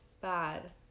bad